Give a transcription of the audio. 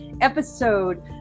episode